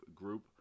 group